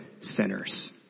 sinners